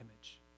image